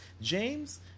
James